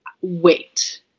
wait